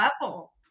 level